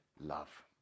love